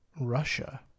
Russia